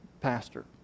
pastor